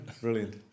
brilliant